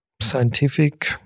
scientific